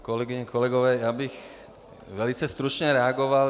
Kolegyně, kolegové, já bych velice stručně reagoval.